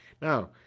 Now